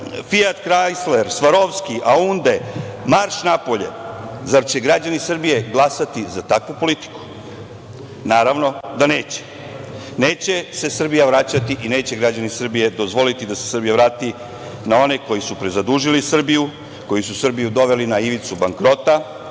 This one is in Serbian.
„Fijat Krajsler“, „Svarovski“, „Aunde“ – marš napolje. Zar će građani Srbije glasati za takvu politiku? Naravno da neće. Neće se Srbija vraćati i neće građani Srbije dozvoliti da se Srbija vrati na one koji su prezadužili Srbiju, koji su Srbiju doveli na ivicu bankrota,